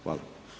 Hvala.